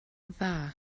dda